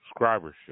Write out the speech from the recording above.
subscribership